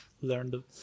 learned